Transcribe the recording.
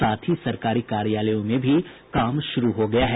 साथ ही सरकारी कार्यालयों में भी काम शुरू हो गया है